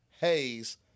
Hayes